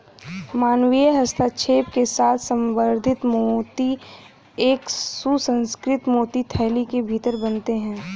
मानवीय हस्तक्षेप के साथ संवर्धित मोती एक सुसंस्कृत मोती थैली के भीतर बनते हैं